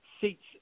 seats